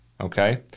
okay